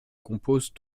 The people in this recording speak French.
composent